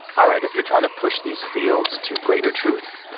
all right, if you're trying to push these fields to greater truth,